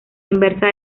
inversa